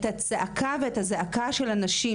את הזעקה של הנשים,